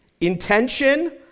intention